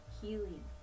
healing